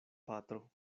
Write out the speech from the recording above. patro